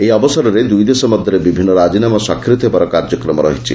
ଏହି ଅବସରରେ ଦୁଇଦେଶ ମଧ୍ୟରେ ବିଭିନ୍ନ ରାଜିନାମା ସ୍ୱାକ୍ଷରିତ ହେବାର କାର୍ଯ୍ୟକ୍ରମ ରହିଛି